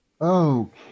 Okay